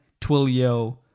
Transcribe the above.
twilio